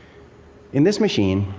in this machine,